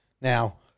Now